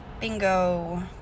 bingo